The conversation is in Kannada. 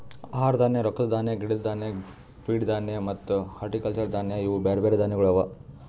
ಆಹಾರ ಧಾನ್ಯ, ರೊಕ್ಕದ ಧಾನ್ಯ, ಗಿಡದ್ ಧಾನ್ಯ, ಫೀಡ್ ಧಾನ್ಯ ಮತ್ತ ಹಾರ್ಟಿಕಲ್ಚರ್ ಧಾನ್ಯ ಇವು ಬ್ಯಾರೆ ಧಾನ್ಯಗೊಳ್ ಅವಾ